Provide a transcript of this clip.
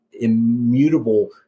immutable